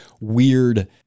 weird